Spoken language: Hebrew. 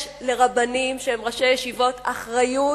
יש לרבנים שהם ראשי ישיבות אחריות